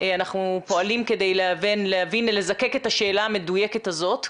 אנחנו פועלים כדי להבין ולזקק את השאלה המדויקת הזאת כרגע.